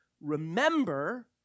remember